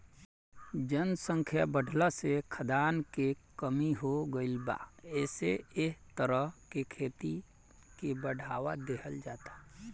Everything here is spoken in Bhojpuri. जनसंख्या बाढ़ला से खाद्यान के कमी हो गईल बा एसे एह तरह के खेती के बढ़ावा देहल जाता